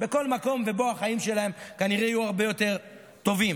בכל מקום שבו החיים שלהם כנראה יהיו הרבה יותר "טובים",